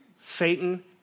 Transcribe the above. Satan